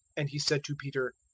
and he said to peter,